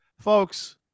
Folks